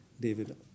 David